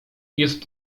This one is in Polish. jest